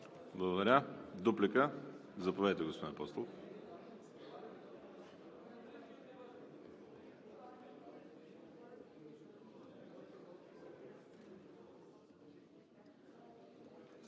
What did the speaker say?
Благодаря. Дуплика? Заповядайте, господин Апостолов.